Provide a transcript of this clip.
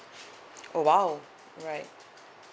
oh !wow! alright